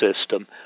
system